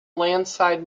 landslide